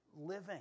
living